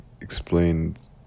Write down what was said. explained